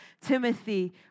Timothy